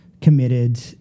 committed